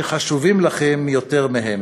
שחשובים לכם יותר מהם.